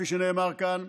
כפי שנאמר כאן,